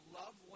love